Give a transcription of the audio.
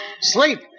Sleep